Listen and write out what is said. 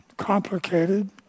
Complicated